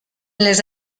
les